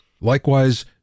Likewise